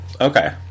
Okay